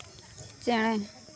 ᱪᱮᱬᱮ